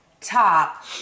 top